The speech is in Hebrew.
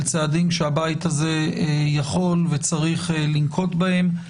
צעדים שהבית הזה יכול וצריך לנקוט בהם.